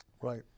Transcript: Right